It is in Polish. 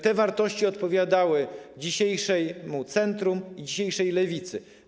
Te wartości odpowiadały dzisiejszemu centrum, dzisiejszej lewicy.